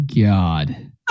God